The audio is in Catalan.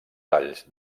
talls